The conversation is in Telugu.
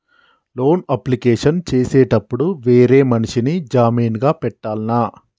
లోన్ అప్లికేషన్ చేసేటప్పుడు వేరే మనిషిని జామీన్ గా పెట్టాల్నా?